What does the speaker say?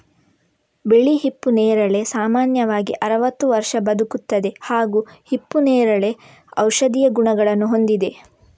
ಬಿಳಿ ಹಿಪ್ಪು ನೇರಳೆ ಸಾಮಾನ್ಯವಾಗಿ ಅರವತ್ತು ವರ್ಷ ಬದುಕುತ್ತದೆ ಹಾಗೂ ಹಿಪ್ಪುನೇರಳೆ ಔಷಧೀಯ ಗುಣಗಳನ್ನು ಹೊಂದಿದೆ